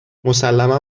مسلما